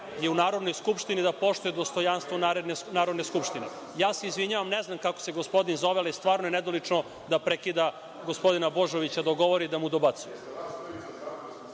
je u Narodnoj skupštini i da poštuje dostojanstvo Narodne skupštine. Izvinjavam se, ne znam kako se gospodin zove, ali stvarno je nedolično da prekida gospodina Božovića dok govori i da mu dobacuje.